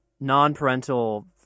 non-parental